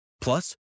Plus